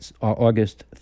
August